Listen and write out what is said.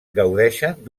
gaudeixen